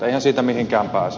eihän siitä mihinkään pääse